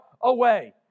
away